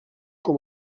com